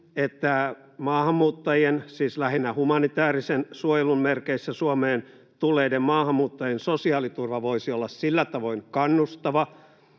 että maahanmuuttajien, siis lähinnä humanitäärisen suojelun merkeissä Suomeen tulleiden maahanmuuttajien, sosiaaliturva voisi olla sillä tavoin kannustava,